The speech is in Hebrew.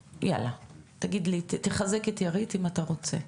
יאללה, תגיד לי, תחזק את עירית אם אתה רוצה.